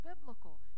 biblical